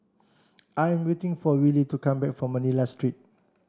I am waiting for Wylie to come back from Manila Street